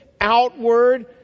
outward